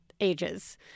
ages